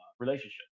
Relationship